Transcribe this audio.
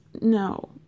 no